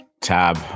tab